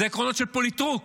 זה עקרונות של פוליטרוק.